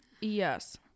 Yes